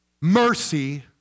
Mercy